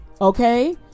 okay